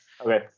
Okay